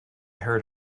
heard